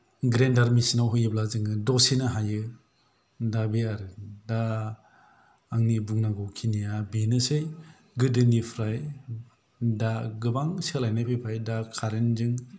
grinder machine आव होयोब्ला जोङो दसेनो हायो दा बे आरो दा आंनि बुंनांगौ खिनिया बेनोसै गोदोनिफ्राय दा गोबां सोलायनाय फैबाय दा कारेन्त जों